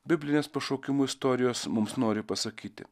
biblinės pašaukimų istorijos mums nori pasakyti